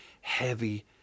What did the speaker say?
heavy